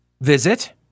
visit